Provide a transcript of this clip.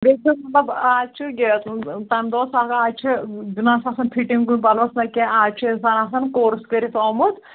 بیٚیہِ چھُ مطلب آز چھُ تَمہِ دۄہ اوس لگان آز چھِ دِنہٕ آسہٕ آسان فِٹِنٛگ کُنہِ پَلوس نہ کینٛہہ آز چھُ اِنسان آسان کورُس کٔرِتھ آمُت